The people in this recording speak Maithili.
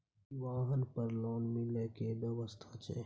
की वाहन पर लोन मिले के व्यवस्था छै?